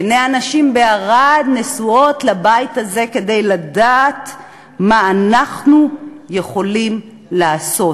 עיני האנשים בערד נשואות לבית הזה כדי לדעת מה אנחנו יכולים לעשות